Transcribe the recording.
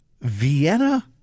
Vienna